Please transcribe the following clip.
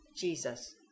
Jesus